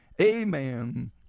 Amen